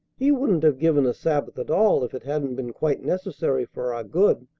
he wouldn't have given a sabbath at all if it hadn't been quite necessary for our good.